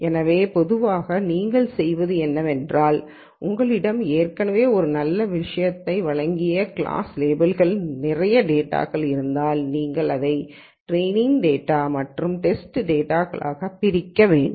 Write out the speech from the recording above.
எனவே பொதுவாக நீங்கள் செய்வது என்னவென்றால் உங்களிடம் ஏற்கனவே ஒரு நல்ல விஷயத்தை வழங்கிய கிளாஸ் லேபிள்களுடன் நிறைய டேட்டா இருந்தால் இதை நீங்கள் டிரேயினிங் டேட்டா மற்றும் டேஸ்டு டேட்டாகளாக பிரிக்க வேண்டும்